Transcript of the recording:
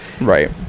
Right